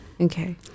Okay